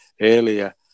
earlier